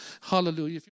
Hallelujah